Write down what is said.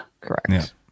Correct